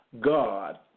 God